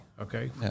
okay